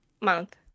month